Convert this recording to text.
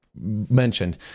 mentioned